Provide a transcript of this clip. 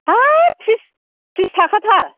हाब थ्रिस थ्रिस थाखा थार